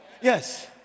Yes